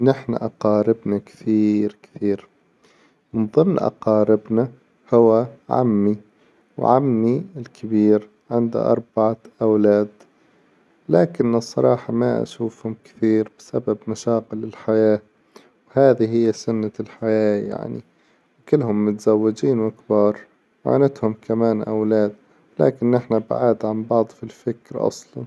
نحن أقاربنا كثير كثير من ظمن أقاربنا هو عمي، وعمي الكبير عند أربعة أولاد، لكن الصراحة ما أشوفهم كثير بسبب مشاغل الحياة، وهذي هي سنة الحياة يعني، وكلهم متزوجين وكبار وعندهم كمان أولاد لكن نحن بعاد عن بعظ في الفكر أصلا.